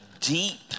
deep